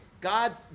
God